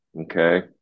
okay